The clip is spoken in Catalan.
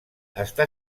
està